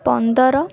ପନ୍ଦର